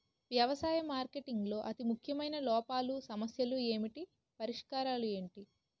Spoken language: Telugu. వ్యవసాయ మార్కెటింగ్ లో అతి ముఖ్యమైన లోపాలు సమస్యలు ఏమిటి పరిష్కారాలు ఏంటి?